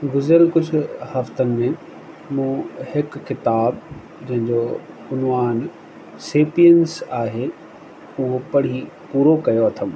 गुज़रियल कुझु हफ़्तन में मूं हिक किताब जंहिंजो उनवान सेपियन्स आहे उहो पढ़ी पूरो कयो अथनि